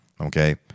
Okay